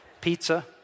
Pizza